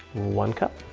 one cup,